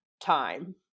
time